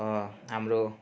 हाम्रो